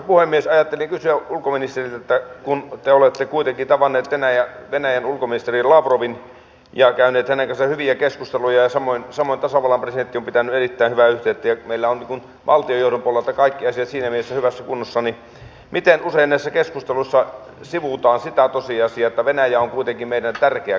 ajattelin kysyä ulkoministeriltä että kun te olette kuitenkin tavannut venäjän ulkoministeri lavrovin ja käynyt hänen kanssaan hyviä keskusteluja ja samoin tasavallan presidentti on pitänyt erittäin hyvää yhteyttä sinne ja meillä on valtiojohdon puolelta kaikki asiat siinä mielessä hyvässä kunnossa niin miten usein näissä keskusteluissa sivutaan sitä tosiasiaa että venäjä on kuitenkin meidän tärkeä kauppakumppanimme